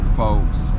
folks